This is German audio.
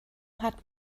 hat